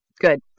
good